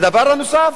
דבר נוסף,